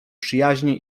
przyjaźnie